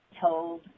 told